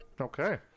Okay